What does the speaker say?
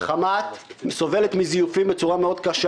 חמת סובלת מזיופים בצורה קשה מאוד.